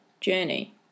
journey